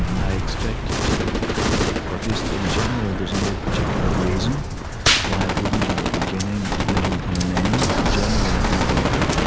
i expect it to or at least, in general, there's no particular reason why it wouldn't have a beginning, middle, and an end, generally in that order,